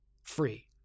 Free